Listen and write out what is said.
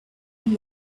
and